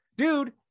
dude